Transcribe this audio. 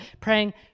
praying